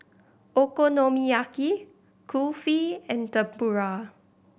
Okonomiyaki Kulfi and Tempura